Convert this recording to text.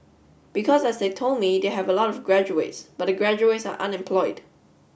because as they told me they have a lot graduates but the graduates are unemployed